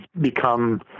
become